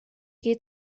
geht